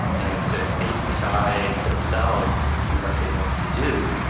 and so states decide for themselves what they want to do,